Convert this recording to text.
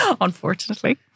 unfortunately